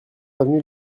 avenue